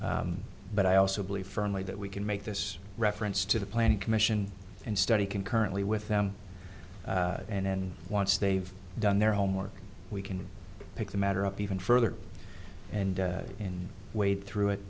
will but i also believe firmly that we can make this reference to the planning commission and study concurrently with them and then once they've done their homework we can take the matter up even further and in wade through it